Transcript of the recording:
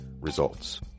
Results